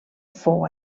fou